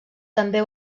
també